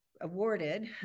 Awarded